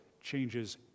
changes